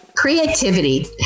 Creativity